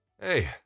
Hey